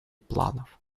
планов